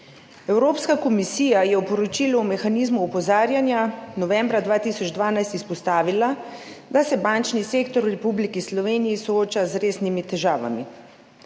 Evropska komisija je v poročilu o mehanizmu opozarjanja novembra 2012 izpostavila, da se bančni sektor v Republiki Sloveniji sooča z resnimi težavami,